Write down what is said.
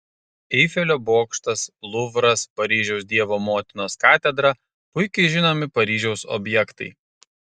eifelio bokštas luvras paryžiaus dievo motinos katedra puikiai žinomi paryžiaus objektai